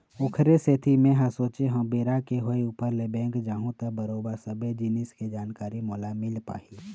ओखरे सेती मेंहा सोचे हव बेरा के होय ऊपर ले बेंक जाहूँ त बरोबर सबे जिनिस के जानकारी मोला मिल पाही